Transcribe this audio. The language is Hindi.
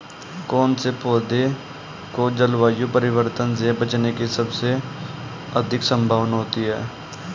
कौन से पौधे को जलवायु परिवर्तन से बचने की सबसे अधिक संभावना होती है?